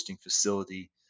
facility